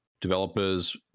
developers